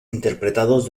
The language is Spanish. interpretados